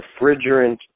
refrigerant